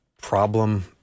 problem